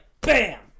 bam